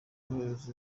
n’ubuyobozi